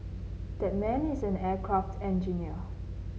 that man is an aircraft engineer